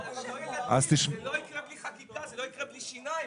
אבל זה לא יקרה בלי חקיקה, זה לא יקרה בלי שיניים.